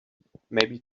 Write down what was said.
maybe